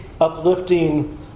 uplifting